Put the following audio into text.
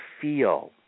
feel